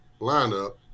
lineup